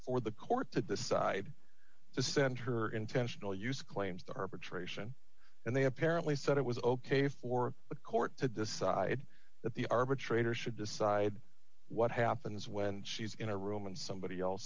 for the court to decide to send her intentional use claims that arbitration and they apparently said it was ok for the court to decide that the arbitrator should decide what happens when she's in a room and somebody else